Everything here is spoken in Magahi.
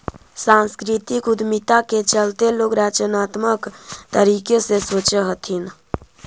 सांस्कृतिक उद्यमिता के चलते लोग रचनात्मक तरीके से सोचअ हथीन